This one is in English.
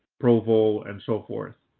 provo and so forth.